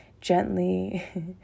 gently